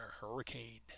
Hurricane